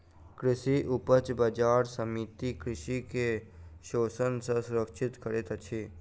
कृषि उपज बजार समिति कृषक के शोषण सॅ सुरक्षित करैत अछि